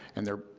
and they're,